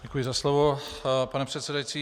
Děkuji za slovo, pane předsedající.